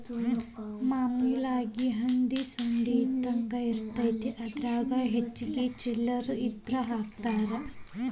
ಮಾಮೂಲಾಗಿ ಹಂದಿ ಸೊಂಡಿ ಇದ್ದಂಗ ಇರತೈತಿ ಅದರಾಗ ಹೆಚ್ಚಿಗಿ ಚಿಲ್ಲರ್ ಇದ್ರ ಹಾಕ್ತಾರಾ ಅದಕ್ಕ ಪಿಗ್ಗಿ ಬ್ಯಾಂಕ್ ಅಂತಾರ